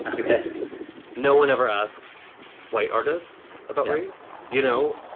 because no one ever asks white artists about race. you know,